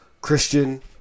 Christian